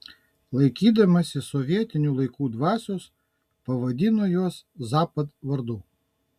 laikydamasi sovietinių laikų dvasios pavadino juos zapad vardu